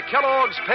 Kellogg's